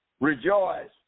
Rejoice